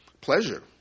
pleasure